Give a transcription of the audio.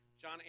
John